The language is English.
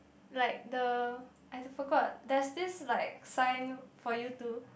like the I forget that's this like sign for you to